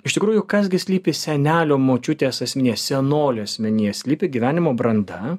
iš tikrųjų kas gi slypi senelio močiutės asmenyje senolio asmenyje slypi gyvenimo branda